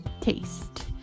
taste